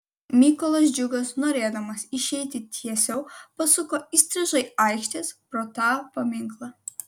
mykolas džiugas norėdamas išeiti tiesiau pasuko įstrižai aikštės pro tą paminklą